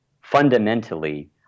fundamentally